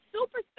super